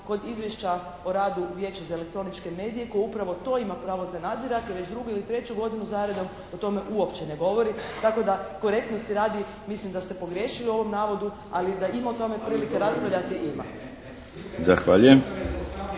kod Izvješća o radu Vijeća za elektroničke medije koji ima upravo to za nadzirati. Već drugu ili treću godinu za redom o tome uopće ne govorimo tako da korektnosti radi mislim da ste pogriješili u ovom navodu ali da ima o tome prilike raspravljati ima.